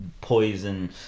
poison